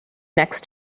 next